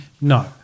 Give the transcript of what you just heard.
No